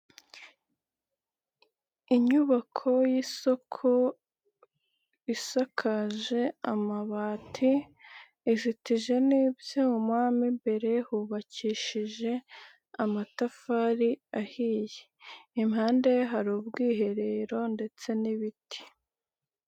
Inyubako y'isoko isakaje amabati izitije n'ibyuma, mo imbere hubakishije amatafari ahiye, impande ye hari ubwiherero ndetse n'ibiti.